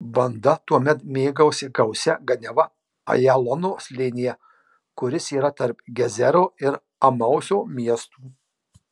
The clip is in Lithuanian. banda tuomet mėgavosi gausia ganiava ajalono slėnyje kuris yra tarp gezero ir emauso miestų